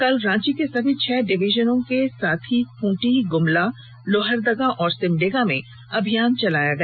कल रांची के सभी छह डिवीजनों के साथ ही खूंटी गुमला लोहरदगा और सिमडेगा में अभियान चलाया गया